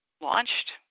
launched